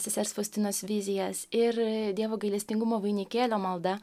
sesers faustinos vizijas ir dievo gailestingumo vainikėlio malda